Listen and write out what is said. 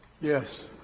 Yes